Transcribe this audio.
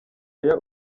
aya